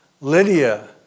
Lydia